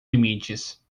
limites